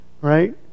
right